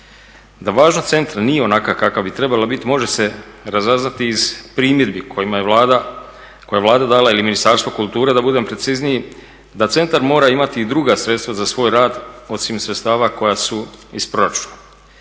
Da važnost centra nije onakva kakva bi trebala biti može se razaznati i iz primjedbi koje je Vlada dala, ili Ministarstvo kulture da budem precizniji, da centar mora imati i druga sredstva za svoj rad osim sredstava koja su iz proračuna.